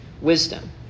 wisdom